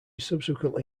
subsequently